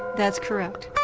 that's correct.